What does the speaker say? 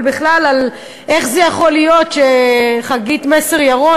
אבל בכלל איך זה יכול להיות שחגית מסר-ירון,